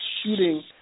shooting